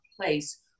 place